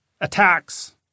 attacks